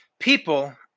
People